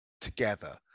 together